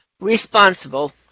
responsible